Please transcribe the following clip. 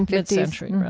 mid century. right,